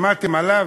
שמעתם עליו?